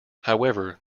however